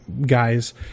guys